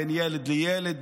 בין ילד לילד,